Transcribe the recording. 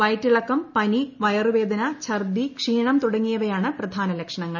വയറ്റിളക്കം പനി ്വയറുവേദന ഛർദ്ദി ക്ഷീണം തുടങ്ങിയവയാണ് പ്രധാന ലക്ഷണങ്ങൾ